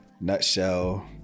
Nutshell